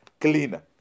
cleaner